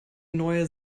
neue